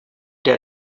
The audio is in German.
der